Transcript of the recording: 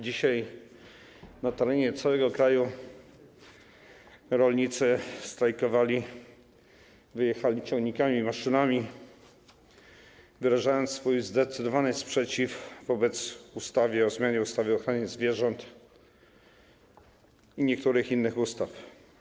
Dzisiaj na terenie całego kraju rolnicy strajkowali, wyjechali ciągnikami, maszynami, wyrażając swój zdecydowany sprzeciw wobec ustawy o zmianie ustawy o ochronie zwierząt i niektórych innych ustaw.